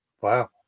Wow